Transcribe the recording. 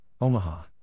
Omaha